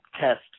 test